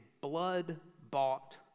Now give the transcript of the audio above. blood-bought